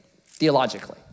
theologically